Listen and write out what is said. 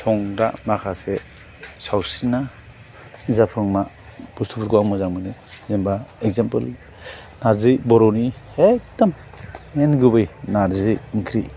दं दा माखासे सावस्रिना जाफुंमा बुस्तुफोरखौ आं मोजां मोनो जेनोबा एग्जामपोल नारजि बर'नि एकदम मेइन गुबै नारजि ओंख्रि